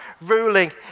ruling